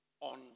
on